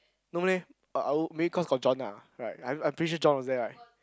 no leh I I will maybe cause got John ah right I I'm pretty sure John was there right